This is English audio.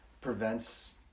prevents